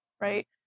right